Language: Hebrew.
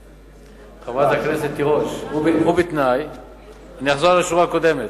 חברת הכנסת תירוש, אני אחזור על השורה הקודמת: